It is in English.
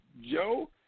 Joe